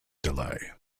delay